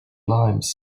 limes